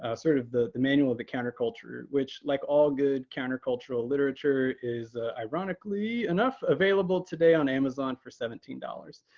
ah sort of the the manual of the counter-culture, which like all good counter-cultural literature is ironically enough available today on amazon for seventeen dollars,